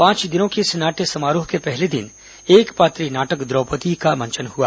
पांच दिनों के इस नाट्य समारोह के पहले दिन एकपात्रीय नाटक द्रौपदी का मंचन हुआ